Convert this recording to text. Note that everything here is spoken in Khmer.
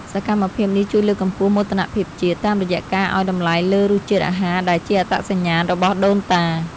សកម្មភាពនេះជួយលើកកម្ពស់មោទនភាពជាតិ តាមរយៈការឱ្យតម្លៃលើរសជាតិអាហារដែលជាអត្តសញ្ញាណរបស់ដូនតា។